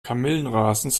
kamillenrasens